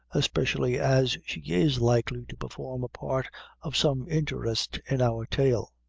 especially as she is likely to perform a part of some interest in our tale.